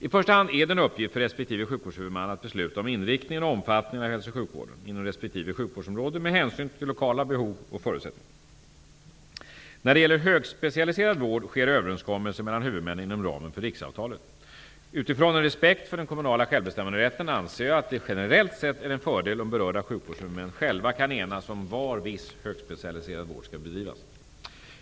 I första hand är det en uppgift för respektive sjukvårdshuvudman att besluta om inriktningen och omfattningen av hälso och sjukvården inom respektive sjukvårdsområde med hänsyn till lokala behov och förutsättningar. När det gäller högspecialiserad vård sker överenskommelser mellan huvudmännen inom ramen för riksavtalet. Utifrån en respekt för den kommunala självbestämmanderätten anser jag att det generellt sett är en fördel om berörda sjukvårdshuvudmän själva kan enas om var viss högspecialiserad vård skall bedrivas.